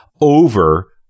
over